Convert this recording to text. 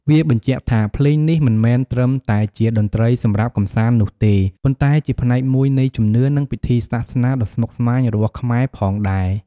វាបញ្ជាក់ថា ភ្លេងនេះមិនមែនត្រឹមតែជាតន្ត្រីសម្រាប់កម្សាន្តនោះទេ ប៉ុន្តែជាផ្នែកមួយនៃជំនឿ និងពិធីសាសនាដ៏ស្មុគស្មាញរបស់ខ្មែរផងដែរ។